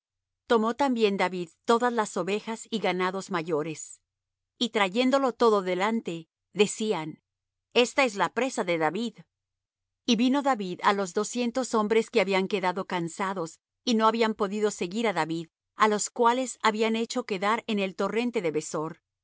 tomó también david todas las ovejas y ganados mayores y trayéndolo todo delante decían esta es la presa de david y vino david á los doscientos hombres que habían quedado cansados y no habían podido seguir á david á los cuales habían hecho quedar en el torrente de besor